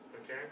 Okay